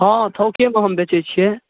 हाँ थोकेमे हम बेचैत छियै